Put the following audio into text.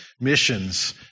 missions